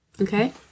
Okay